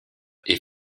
est